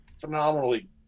phenomenally